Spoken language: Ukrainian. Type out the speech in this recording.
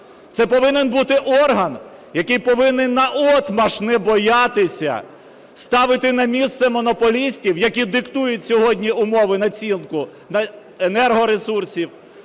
Це повинен бути орган, який повинен наотмашь не боятися ставити на місце монополістів, які диктують сьогодні умови і націнку на енергоресурси,